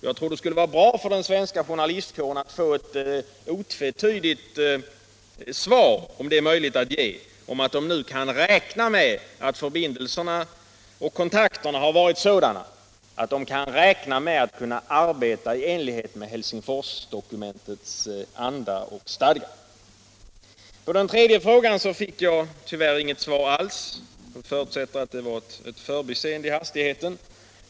Jag tror att det skulle vara bra för den svenska journalistkåren att få ett otvetydigt svar — om det nu är möjligt att ge — på frågan om man nu kan räkna med att förbindelserna och kontakterna är sådana att journalisterna kan få arbeta i enlighet med Helsingforsdokumentets anda och stadga. På den tredje frågan fick jag tyvärr inget svar alls. Jag förutsätter att det var ett förbiseende i hastigheten.